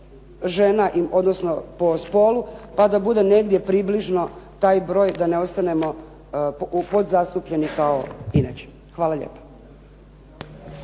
žena, odnosno po spolu, pa da bude negdje približno taj broj, da ne ostanemo u podzastupljeni kao inače. Hvala lijepa.